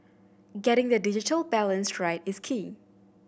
getting the digital balance right is key